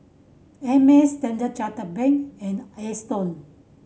Ameltz Standard Chartered Bank and Aston